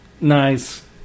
Nice